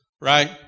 right